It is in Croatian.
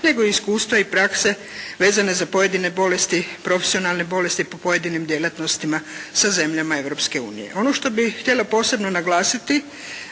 nego i iskustva i prakse vezane za profesionalne bolesti po pojedinim djelatnostima sa zemljama Europske unije. Ono što bih htjela posebno naglasiti